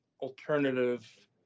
alternative